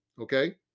okay